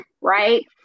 right